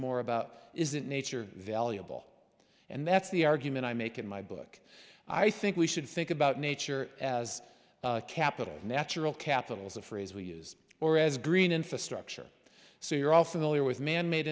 more about isn't nature valuable and that's the argument i make in my book i think we should think about nature as capital natural capitals a phrase we use or as green infrastructure so you're all familiar with manmade